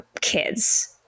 kids